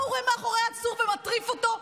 מה הוא רואה מאחורי העצור ומטריף אותו?